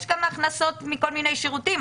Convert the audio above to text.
יש גם הכנסות מכל מיני שירותים,